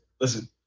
listen